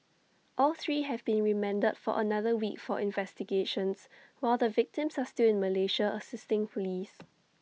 all three have been remanded for another week for investigations while the victims are still in Malaysia assisting Police